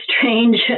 strange